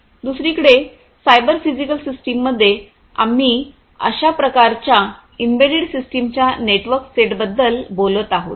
दुसरीकडे cyber physical सिस्टममध्ये आम्ही अशा प्रकारच्या एम्बेडेड सिस्टमच्या नेटवर्क सेटबद्दल बोलत आहोत